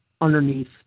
underneath